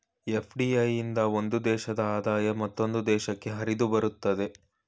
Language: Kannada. ಎಫ್.ಡಿ.ಐ ಇಂದ ಒಂದು ದೇಶದ ಆದಾಯ ಮತ್ತೊಂದು ದೇಶಕ್ಕೆ ಹರಿದುಬರುತ್ತದೆ